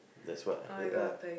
that's what I heard ah